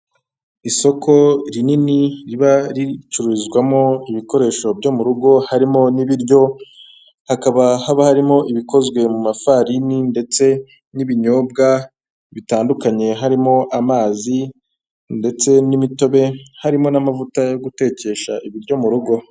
Isoko rinini riba ricururizwamo ibikoresho byo mu rugo harimo n'ibiryo hakaba haba harimo ibikozwe mu mafarini ndetse n'ibinyobwa bitandukanye harimo amazi ndetse n'imitobe harimo n'amavuta yo gutekesha ibiryo mu rugo.